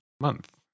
Month